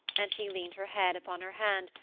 and she leaned her head upon her hand,